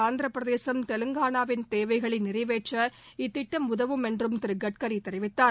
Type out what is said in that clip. ஆந்திரபிரதேசம் தெலுங்கானாவின் தேவைகளை நிறைவேற்ற இத்திட்டம் உதவும் என்றும் திரு கட்கரி தெரிவித்தார்